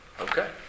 Okay